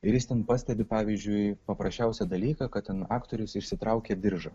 ir jis ten pastebi pavyzdžiui paprasčiausią dalyką kad ten aktorius išsitraukė diržą